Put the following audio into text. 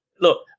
look